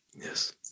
Yes